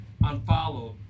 unfollowed